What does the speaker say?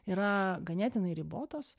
yra ganėtinai ribotos